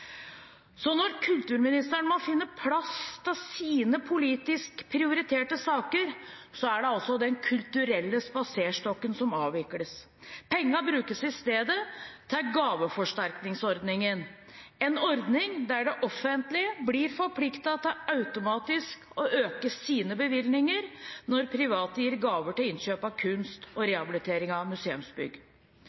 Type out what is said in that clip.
Når kulturministeren må finne plass til sine politisk prioriterte saker, er det altså Den kulturelle spaserstokken som avvikles. Pengene brukes i stedet til gaveforsterkningsordningen, en ordning der det offentlige blir forpliktet til automatisk å øke sine bevilgninger når private gir gaver til innkjøp av kunst og rehabilitering av museumsbygg.